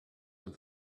and